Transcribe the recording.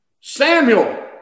Samuel